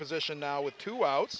position now with two out